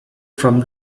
from